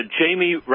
Jamie